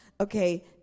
Okay